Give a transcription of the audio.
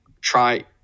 try